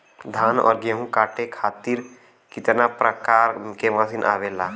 धान और गेहूँ कांटे खातीर कितना प्रकार के मशीन आवेला?